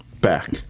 back